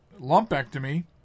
lumpectomy